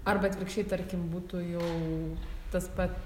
arba atvirkščiai tarkim būtų jau tas pat